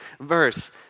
verse